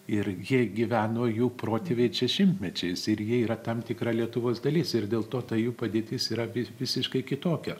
ir jie gyveno jų protėviai čia šimtmečiais ir jie yra tam tikra lietuvos dalis ir dėl to ta jų padėtis yra vi visiškai kitokia